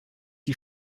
die